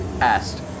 Asked